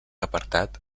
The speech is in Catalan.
apartat